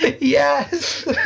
Yes